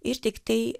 ir tiktai